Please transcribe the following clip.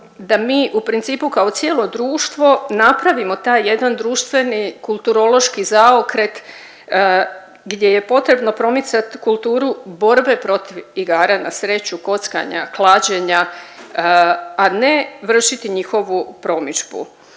da mi u principu kao cijelo društvo, napravimo taj jedan društveni kulturološki zaokret gdje je potrebno promicat kulturu borbe protiv igara na sreću, kockanja, klađenja, a ne vršiti njihovu promidžbu